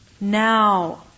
Now